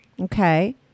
Okay